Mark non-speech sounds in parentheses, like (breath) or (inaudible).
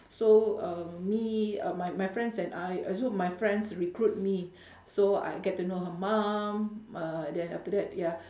so uh me uh my my friends and I uh so my friends recruit me (breath) so I get to know her mum uh then after that ya (breath)